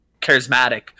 charismatic